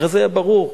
הרי זה היה ברור.